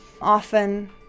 Often